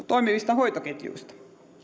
toimivista hoitoketjuista